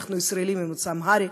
אנחנו ישראלים ממוצא אמהרי,